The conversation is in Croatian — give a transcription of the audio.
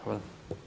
Hvala.